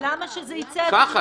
למה שזה יצא?